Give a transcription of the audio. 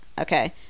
okay